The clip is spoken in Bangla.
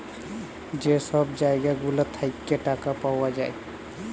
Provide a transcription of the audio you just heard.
যে ছব জায়গা গুলা থ্যাইকে টাকা পাউয়া যায়